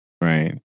Right